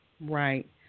Right